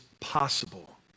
possible